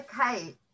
Okay